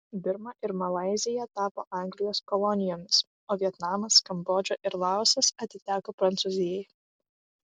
birma ir malaizija tapo anglijos kolonijomis o vietnamas kambodža ir laosas atiteko prancūzijai